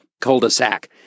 cul-de-sac